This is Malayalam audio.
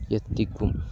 എത്തിക്കും